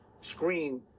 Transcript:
screen